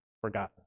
forgotten